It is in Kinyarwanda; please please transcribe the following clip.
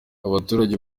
abaturage